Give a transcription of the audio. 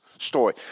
Story